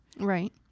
Right